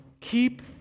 keep